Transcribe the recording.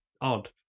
odd